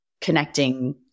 connecting